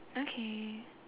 okay